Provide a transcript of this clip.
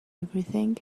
everything